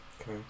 Okay